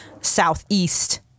southeast